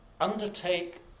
undertake